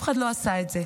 אף אחד לא עשה את זה.